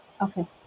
Okay